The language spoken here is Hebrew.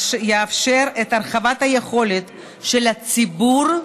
יאפשר את הרחבת היכולת של הציבור,